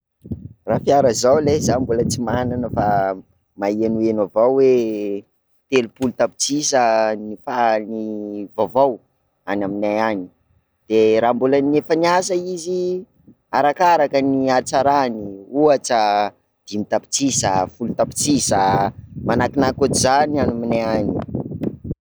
Raha fiara zao ley, zaho mbola tsy manana fa mahenoheno avao hoe telopolo tapitrisa ny fa- ny vaovao any aminay any, de raha mbola- ny efa niasa izy arakaraka ny hatsarany ohatra, dimy tapitrisa, folo tapitrisa manakinaky otranzay ny aminay any.